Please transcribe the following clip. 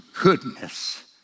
goodness